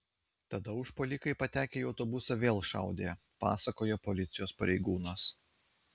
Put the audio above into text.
tada užpuolikai patekę į autobusą vėl šaudė pasakojo policijos pareigūnas